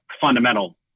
fundamental